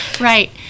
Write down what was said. Right